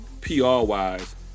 PR-wise